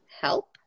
help